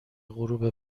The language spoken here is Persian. غروب